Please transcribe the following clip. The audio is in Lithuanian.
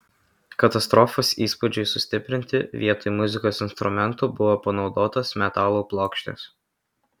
katastrofos įspūdžiui sustiprinti vietoj muzikos instrumentų buvo panaudotos metalo plokštės